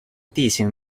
地形